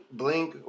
blink